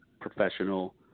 professional